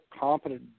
competent